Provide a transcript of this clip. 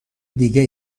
دیگه